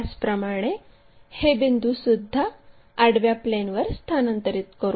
त्याचप्रमाणे हे बिंदूसुद्धा आडव्या प्लेनवर स्थानांतरित करू